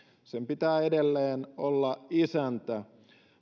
sen pitää edelleen olla isäntä